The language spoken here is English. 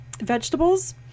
vegetables